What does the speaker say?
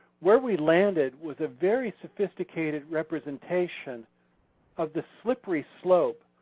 where we landed was a very sophisticated representation of the slippery slope